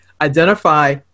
identify